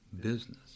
business